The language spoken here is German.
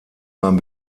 beim